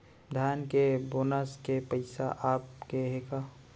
धान के बोनस के पइसा आप गे हे का?